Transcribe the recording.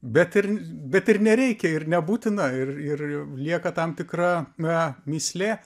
bet ir bet ir nereikia ir nebūtina ir ir lieka tam tikra na mįslė